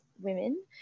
women